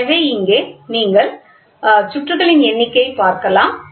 எனவே இங்கே நீங்கள் சுற்றுகளின் எண்ணிக்கை பார்க்கலாம்